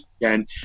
again